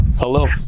Hello